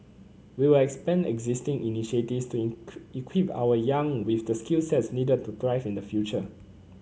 we will expand existing initiatives to equip our young with the skill sets needed to thrive in the future